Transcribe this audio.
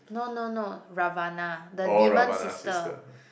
no no no Ravana the demon sister